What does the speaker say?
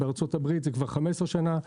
בארצות-הברית זה כבר 15 שנה.